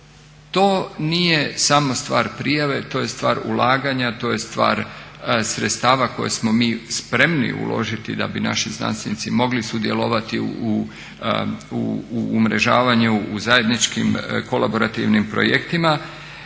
to nije samo stvar prijave, to je stvar ulaganja, to je stvar sredstava koje smo mi spremni uložiti da bi naši znanstvenici mogli sudjelovati u umrežavanju, u zajedničkim kolaborativnim projektima.